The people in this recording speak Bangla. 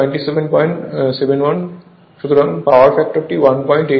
সুতরাং পাওয়ার ফ্যাক্টর টি 189 হবে